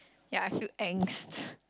yeah I feel angst